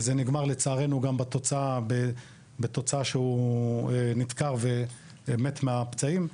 וזה נגמר לצערנו גם בתוצאה שהוא נדקר ומת מהפצעים.